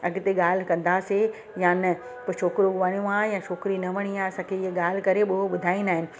अॻिते ॻाल्हि कंदासीं या न पोइ छोकिरो वणियो आहे या छोकिरी न वणी आहे असांखे इहा ॻाल्हि करे पो ॿुधाईंदा आहिनि